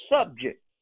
subject